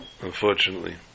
unfortunately